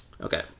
Okay